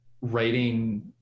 writing